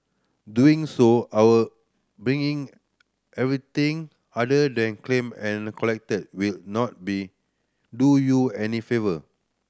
doing so or being everything other than claim and collected will not be do you any favour